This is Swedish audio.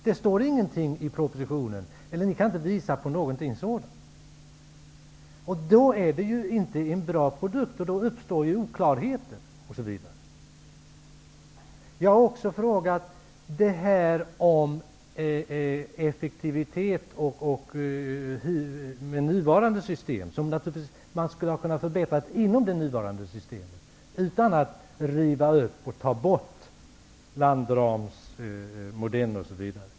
Det står ingenting i propositionen om detta, och ni kan inte visa på någonting sådant. Det är då inte en bra produkt. Det kommer att uppstå oklarheter, osv. Man skulle ha kunnat förbättra effektiviteten i nuvarande system utan att riva upp och ta bort landramsmodellen.